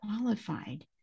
qualified